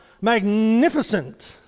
magnificent